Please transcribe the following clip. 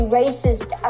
racist